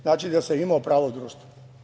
Znači da sam imao pravo društvo.